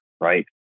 right